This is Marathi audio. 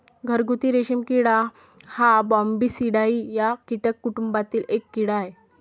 घरगुती रेशीम किडा हा बॉम्बीसिडाई या कीटक कुटुंबातील एक कीड़ा आहे